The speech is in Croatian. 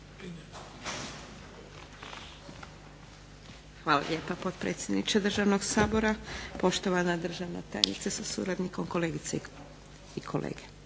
Hvala lijepa potpredsjedniče Hrvatskog sabora, poštovana državna tajnice sa suradnikom, kolegice i kolege.